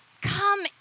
come